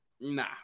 nah